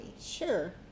Sure